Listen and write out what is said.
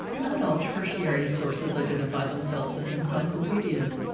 not all tertiary sources identify themselves as encyclopedias.